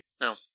No